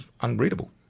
unreadable